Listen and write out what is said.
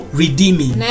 redeeming